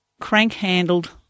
crank-handled